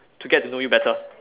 to get to know you better